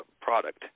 product